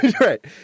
Right